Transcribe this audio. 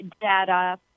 data